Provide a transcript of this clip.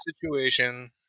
Situation